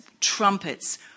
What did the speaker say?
trumpets